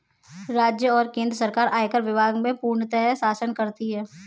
राज्य और केन्द्र सरकार आयकर विभाग में पूर्णतयः शासन करती हैं